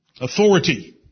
Authority